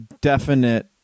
definite